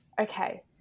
okay